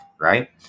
right